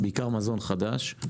בעיקר מזון חדש.